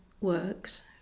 works